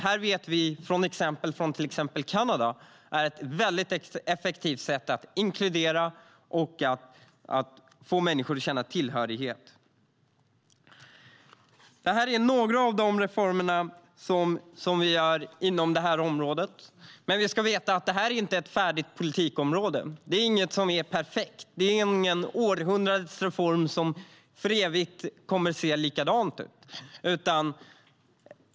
Vi vet från exempelvis Kanada att detta är ett väldigt effektivt sätt att inkludera människor och få dem att känna tillhörighet. Det här är några av de reformer vi har inom detta område. Men vi ska veta att det inte är något färdigt politikområde. Det är inget som är perfekt. Det här är inte århundradets reform som för evigt kommer att se likadan ut.